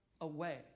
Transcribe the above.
away